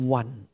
one